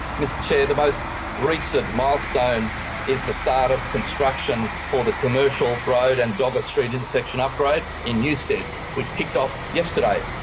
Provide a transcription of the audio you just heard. mr chair, the most recent milestone is the start of construction for the commercial road and doggett street intersection upgrade in newstead which kicked off yesterday.